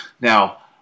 Now